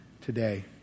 today